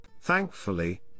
Thankfully